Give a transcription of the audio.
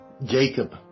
jacob